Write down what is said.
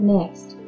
Next